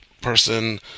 person